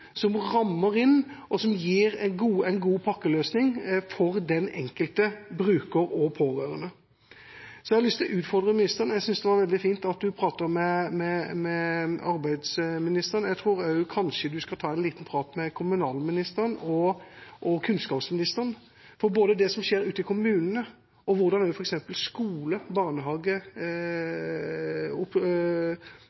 som rammer inn, og som gir en god pakkeløsning for den enkelte bruker og pårørende. Så har jeg lyst til å utfordre ministeren. Jeg syntes det var veldig fint at han pratet med arbeidsministeren. Jeg tror kanskje han også skal ta en liten prat med kommunalministeren og kunnskapsministeren, for det som skjer ute i kommunene, og f.eks. hvordan